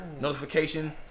notification